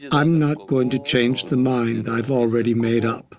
i'm not going to change the mind i've already made up